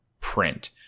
print